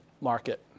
market